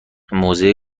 موزه